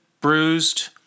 bruised